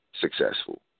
successful